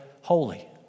holy